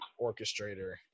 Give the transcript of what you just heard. orchestrator